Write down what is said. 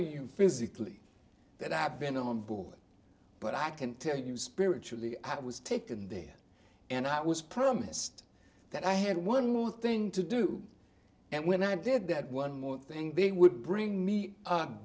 you physically that i've been on board but i can tell you spiritually i was taken there and i was promised that i had one more thing to do and when i did that one more thing they would bring me u